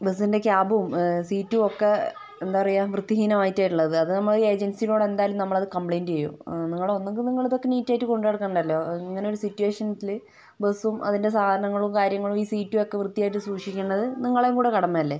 ബസ്സിൻ്റെ ക്യാബും സീറ്റും ഒക്കെ എന്താ പറയാ വൃത്തിഹീനമായിട്ടാ ഇള്ളത് അതും നമ്മൾ ഏജൻസിനോട് നമ്മൾ എന്തായാലും കംപ്ലൈന്റ് ചെയ്യും നിങ്ങള് ഒന്നുകിൽ നിങ്ങളിതൊക്കെ നീറ്റ് ആയിട്ട് കൊണ്ടുനടക്കണം ഇങ്ങനെ ഒരു സിറ്റുവേഷനില് ബസ്സും അതിൻ്റെ സാധനങ്ങളും കാര്യങ്ങളും ഈ സീറ്റും ഒക്കെ വൃത്തിയായിട്ട് സൂക്ഷിക്കേണ്ടത് നിങ്ങളുടേം കൂടെ കടമ അല്ലേ